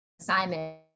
assignment